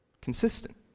Consistent